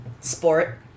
sport